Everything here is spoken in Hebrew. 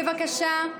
בבקשה,